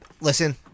Listen